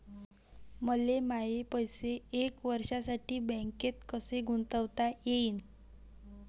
मले माये पैसे एक वर्षासाठी बँकेत कसे गुंतवता येईन?